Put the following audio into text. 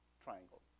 triangle